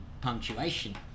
punctuation